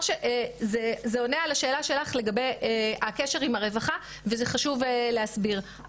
זה עונה על השאלה שלך לגבי הקשר עם הרווחה וזה חשוב להסביר.